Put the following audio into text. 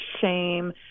shame